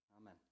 amen